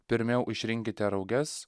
pirmiau išrinkite rauges